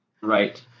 Right